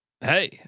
Hey